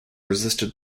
resisted